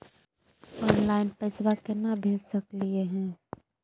Online पैसवा केना भेज सकली हे?